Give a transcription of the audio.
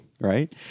right